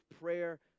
prayer